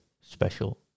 special